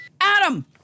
Adam